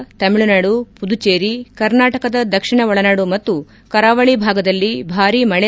ಕೇರಳ ತಮಿಳುನಾಡು ಪುದುಚೇರಿ ಕರ್ನಾಟಕದ ದಕ್ಷಿಣ ಒಳನಾಡು ಮತ್ತು ಕರಾವಳಿ ಭಾಗದಲ್ಲಿ ಭಾರೀ ಮಳೆ